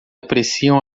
apreciam